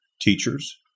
teachers